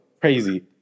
Crazy